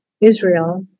Israel